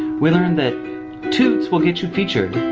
we learned that toots will get you featured.